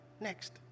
next